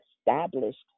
established